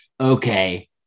okay